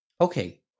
Okay